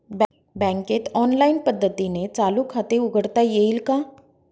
बँकेत ऑनलाईन पद्धतीने चालू खाते उघडता येईल का?